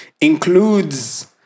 includes